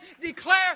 declare